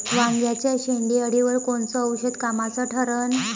वांग्याच्या शेंडेअळीवर कोनचं औषध कामाचं ठरन?